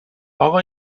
اقا